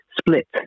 split